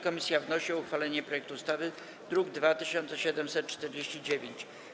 Komisja wnosi o uchwalenie projektu ustawy z druku nr 2749.